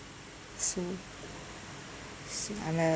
so I'm uh